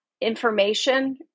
information